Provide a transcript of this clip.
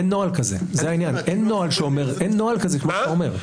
אין נוהל כזה כמו שאתה אומר.